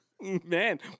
man